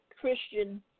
Christian